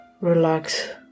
relax